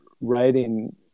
writing